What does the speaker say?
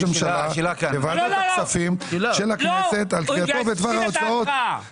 הממשלה לוועדת הכספים של הכנסת על קביעתו בדבר ההוצאות